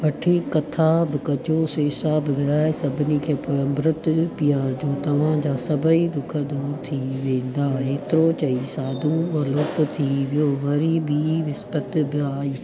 वठी कथा बि कजो सेसा बि विरिहाए सभिनी खे पोइ अंबृतु पीआरिजो तव्हांजा सभई दुख दूर थी वेंदा हेतिरो चई साधू अलुप्त थी वियो वरी ॿीं विस्पति बि आई